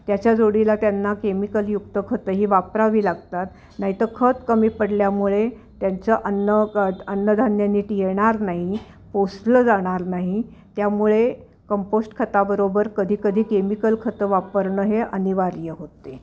त्याच्या जोडीला त्यांना केमिकलयुक्त खतं ही वापरावी लागतात नाहीतर खत कमी पडल्यामुळे त्यांचं अन्न अन्नधान्य नीट येणार नाही पोसलं जाणार नाही त्यामुळे कंपोस्ट खताबरोबर कधीकधी केमिकल खतं वापरणं हे अनिवाार्य होते